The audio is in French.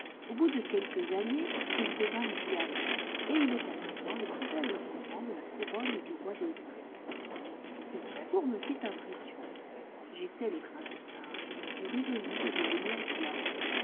au bout de quelques années il devint diamant et il est à présent le plus bel ornement de la couronne du roi des indes ce discours me fit impression j'étais le grain de sable je résolus de devenir